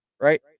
right